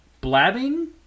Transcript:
blabbing